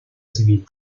civil